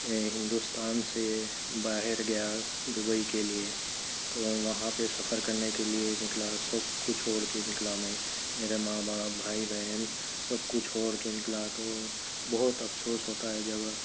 اے ہندوستان سے باہر گیا دُبئی کے لیے تو وہاں پہ سفر کرنے کے لئے نِکلا سب کو چھوڑ کے نکلا میں میرے ماں باپ بھائی بہن سب کو چھوڑ کے نِکلا تو بہت افسوس ہوتا ہے جب